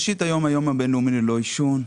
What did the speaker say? היום הוא היום הבינלאומי ללא עישון.